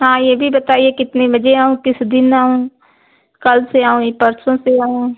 हाँ यह भी बताइए कितने बजे आऊँ किस दिन आऊँ कल से आऊँ कि परसों से आऊँ